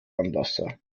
anlasser